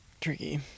tricky